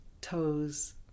toes